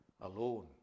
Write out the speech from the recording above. alone